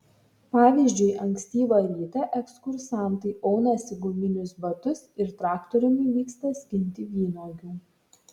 pavyzdžiui ankstyvą rytą ekskursantai aunasi guminius batus ir traktoriumi vyksta skinti vynuogių